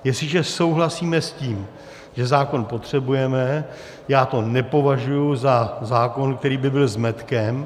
Jestliže souhlasíme s tím, že zákon potřebujeme, já to nepovažuji za zákon, který by byl zmetkem.